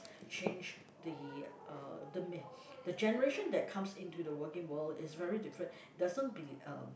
change the uh the man the generation that comes into the working world is very different doesn't be um